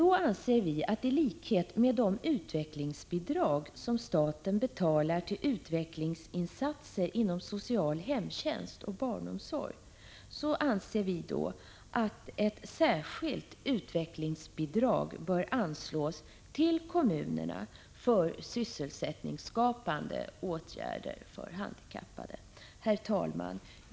Vi anser att — i likhet med de utvecklingsbidrag som staten betalar till utvecklingsinsatser inom social hemtjänst och barnomsorg — ett särskilt utvecklingsbidrag bör anslås till kommunerna för sysselsättningsskapande åtgärder för handikappade. Herr talman!